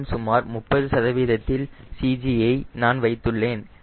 மேலும் சுமார் 30 சதவீதத்தில் CG ஐ நான் வைத்துள்ளேன்